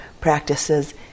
practices